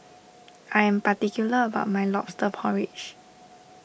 I am particular about my Lobster Porridge